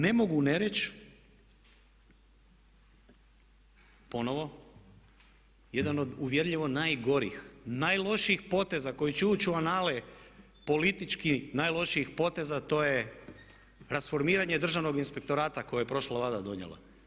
Ne mogu ne reći ponovo jedan od uvjerljivo najgorih, najlošijih poteza koji će ući u anale politički najlošijih poteza to je rasformiranje Državnog inspektorata koje je prošla Vlada donijela.